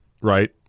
right